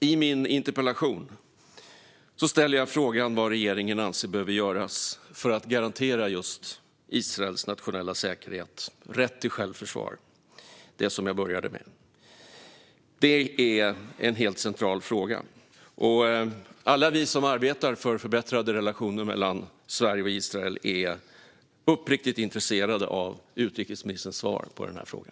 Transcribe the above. I min interpellation ställer jag frågan vad regeringen anser behöver göras för att garantera Israels nationella säkerhet och rätt till självförsvar - det som jag började med. Detta är en helt central fråga. Alla vi som arbetar för förbättrade relationer mellan Sverige och Israel är uppriktigt intresserade av utrikesministerns svar på den.